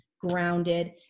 grounded